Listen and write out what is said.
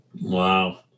wow